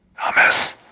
thomas